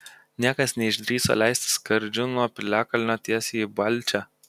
niekas neišdrįso leistis skardžiu nuo piliakalnio tiesiai į balčią